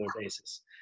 basis